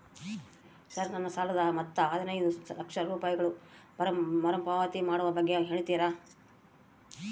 Sir ನನ್ನ ಸಾಲದ ಮೊತ್ತ ಹದಿನೈದು ಲಕ್ಷ ರೂಪಾಯಿಗಳು ಮರುಪಾವತಿ ಮಾಡುವ ಬಗ್ಗೆ ಹೇಳ್ತೇರಾ?